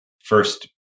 first